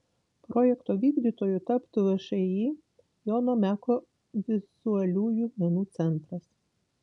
projekto vykdytoju taptų všį jono meko vizualiųjų menų centras